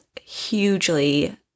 hugely